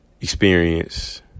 experience